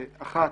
אחת,